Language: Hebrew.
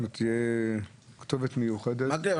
מקלב,